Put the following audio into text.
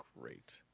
great